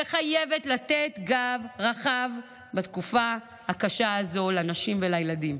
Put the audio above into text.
והיא חייבת לתת גב רחב בתקופה הקשה הזו לנשים ולילדים.